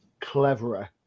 cleverer